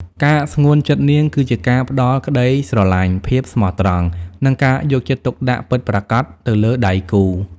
ការស្ងួនចិត្តនាងគឺជាការផ្តល់ក្តីស្រឡាញ់ ភាពស្មោះត្រង់ និងការយកចិត្តទុកដាក់ពិតប្រាកដទៅលើដៃគូ។